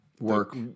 work